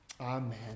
Amen